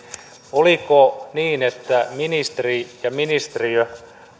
oliko niin että ministeri ja ministeriö